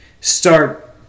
start